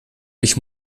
ich